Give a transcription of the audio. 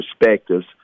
perspectives